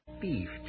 beef